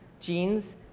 genes